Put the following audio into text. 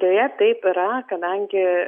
deja taip yra kadangi